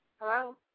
Hello